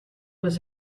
was